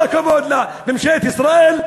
כל הכבוד לממשלת ישראל,